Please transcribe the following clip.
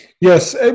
Yes